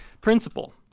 Principle